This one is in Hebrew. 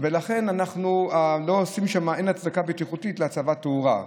לכן אין הצדקה בטיחותית להצבת תאורה.